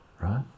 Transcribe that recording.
right